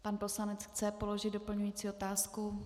Pan poslanec chce položit doplňující otázku.